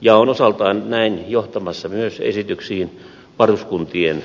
ja on osaltaan näin johtamassa myös esityksiin varuskuntien lopettamisista